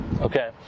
Okay